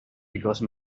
because